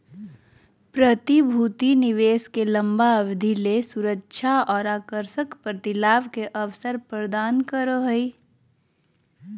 प्रतिभूति निवेश के लंबा अवधि ले सुरक्षा और आकर्षक प्रतिलाभ के अवसर प्रदान करो हइ